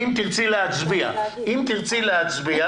הצבעה אושר את מי את מחליפה?